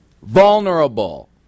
vulnerable